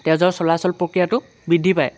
তেজৰ চলাচল প্ৰক্ৰিয়াটো বৃদ্ধি পায়